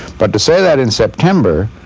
but to say that in september,